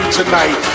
tonight